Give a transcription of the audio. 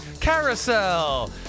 carousel